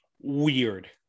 weird